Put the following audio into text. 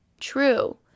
true